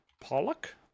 Pollock